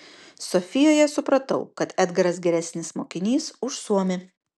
sofijoje supratau kad edgaras geresnis mokinys už suomį